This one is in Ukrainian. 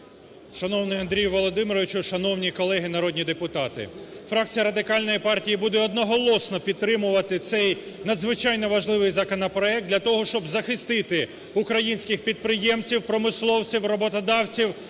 Шановний Андрію Володимировичу! Шановні колеги народні депутати! Фракція Радикальної партії буде одноголосно підтримувати цей надзвичайно важливий законопроект для того, щоб захистити українських підприємців, промисловців, роботодавців,